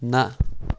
نہَ